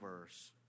verse